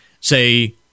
say